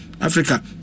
Africa